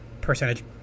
percentage